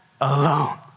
alone